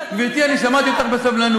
גזעית, אדוני, גברתי, אני שמעתי אותך בסבלנות.